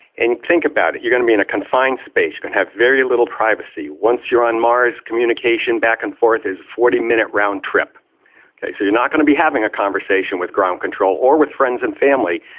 and think about it, you're going to be in a confined space, you going to have very little privacy. once you're on mars, communication back and forth is a forty minute round trip, so you're not going to be having a conversation with ground control or with friends and family,